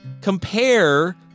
Compare